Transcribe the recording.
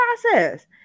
process